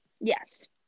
Yes